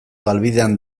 galbidean